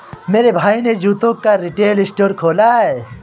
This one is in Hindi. मेरे भाई ने जूतों का रिटेल स्टोर खोला है